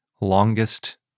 longest